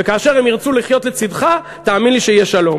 כאשר הם ירצו לחיות לצדך, תאמין לי שיהיה שלום.